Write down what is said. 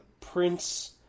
prince